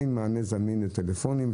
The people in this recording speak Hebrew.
אין מענה זמין בטלפונים.